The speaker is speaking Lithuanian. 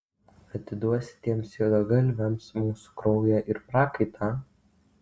atiduosi tiems juodgalviams mūsų kraują ir prakaitą